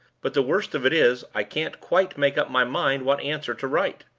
but the worst of it is, i can't quite make up my mind what answer to write.